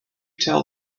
tell